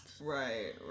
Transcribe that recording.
Right